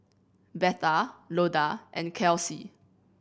Betha Loda and Kelsie